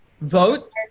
Vote